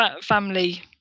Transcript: family